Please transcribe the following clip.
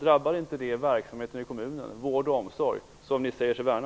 Drabbar inte det verksamheter i kommunerna? Jag tänker då på vården och omsorgen, som ni säger er värna.